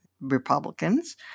Republicans